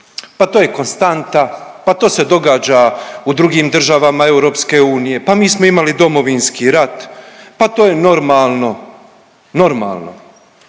pa to je konstanta, pa to se događa u drugim državama EU, pa mi smo imali Domovinski rat, pa to je normalno. Normalno,